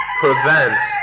prevents